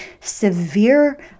severe